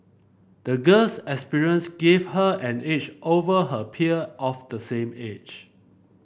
the girl's experience gave her an edge over her peer of the same age